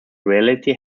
reality